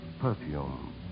perfume